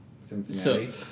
Cincinnati